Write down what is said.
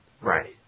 Right